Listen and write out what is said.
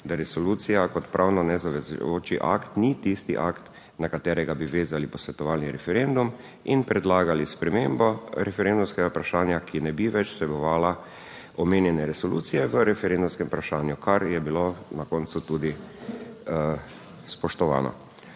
da resolucija kot pravno nezavezujoči akt ni tisti akt, na katerega bi vezali posvetovalni referendum in predlagali spremembo referendumskega vprašanja, ki ne bi več vsebovala omenjene resolucije v referendumskem vprašanju kar je bilo na koncu tudi spoštovano.